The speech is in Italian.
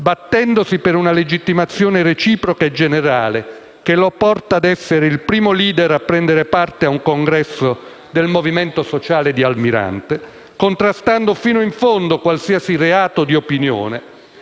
battendosi per una legittimazione reciproca e generale che lo portò ad essere il primo *leader* a prendere parte a un congresso del Movimento Sociale Italiano di Almirante, e contrastando fino in fondo qualsiasi tipo di reato di opinione,